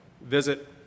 visit